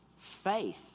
faith